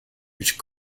which